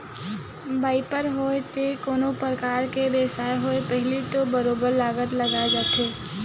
बइपार होवय ते कोनो परकार के बेवसाय होवय पहिली तो बरोबर लागत लगाए जाथे